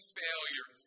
failure